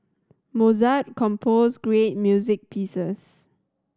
Mozart composed great music pieces